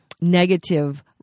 negative